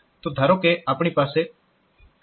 તો ધારો કે આપણી પાસે આવી એક લૂપ છે